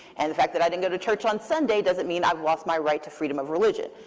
and the fact that i didn't go to church on sunday doesn't mean i've lost my right to freedom of religion.